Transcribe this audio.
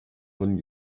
von